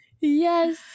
Yes